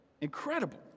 Incredible